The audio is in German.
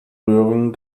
rührern